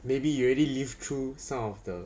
maybe you already lived through some of the